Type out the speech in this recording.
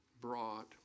brought